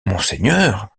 monseigneur